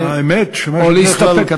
האמת היא שבדרך כלל, או להסתפק.